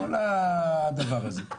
כל הדבר הזה.